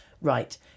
Right